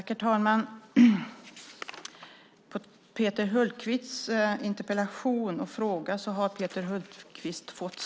Herr talman! Peter Hultqvist har fått svar på sin interpellation och de frågor som ställdes.